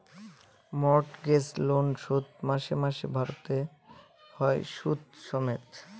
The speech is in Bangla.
মর্টগেজ লোন শোধ মাসে মাসে ভারতে হয় সুদ সমেত